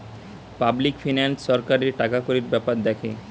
public finance সরকারের টাকাকড়ির বেপার দ্যাখে